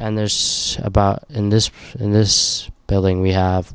and there's about in this in this building we have